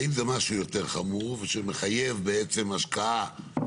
ואם זה משהו יותר חמור ושמחייב בעצם השקעה,